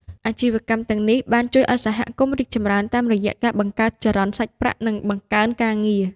អាជីវកម្មទាំងនេះបានជួយឱ្យសហគមន៍រីកចម្រើនតាមរយៈការ បង្កើតចរន្តសាច់ប្រាក់ និងបង្កើនការងារ។